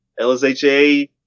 LSHA